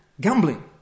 Gambling